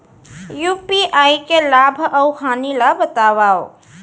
UPI के लाभ अऊ हानि ला बतावव